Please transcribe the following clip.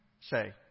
say